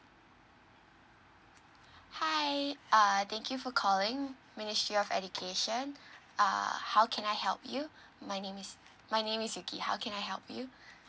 hi uh thank you for calling ministry of education err how can I help you my name is my name is vicky how can I help you